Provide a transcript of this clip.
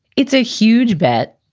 it's a huge bet.